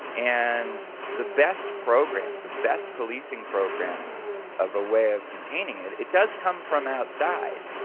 and the best programs, the best policing programs of a way of containing it, it does come from outside.